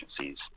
agencies